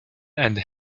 and